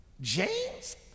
James